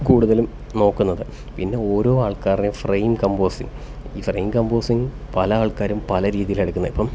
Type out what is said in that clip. കൂടുതലും നോക്കുന്നത് പിന്നെ ഓരോ ആള്ക്കാരുടെയും ഫ്രെയിം കമ്പോസിങ്ങ് ഈ ഫ്രെയിം കമ്പോസിങ്ങ് പല ആള്ക്കാരും പല രീതിയിലാണ് എടുക്കുന്നത് ഇപ്പം